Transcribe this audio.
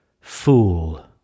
Fool